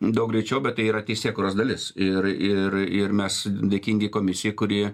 daug greičiau bet tai yra teisėkūros dalis ir ir ir mes dėkingi komisijai kuri